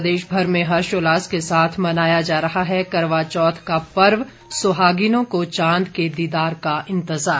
प्रदेशभर में हर्षोल्लास के साथ मनाया जा रहा है करवाचौथ का पर्व सुहागिनों को चांद के दीदार का इंतजार